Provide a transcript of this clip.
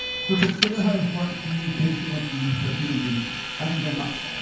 so consider how important communication must be for human beings. thank you very much.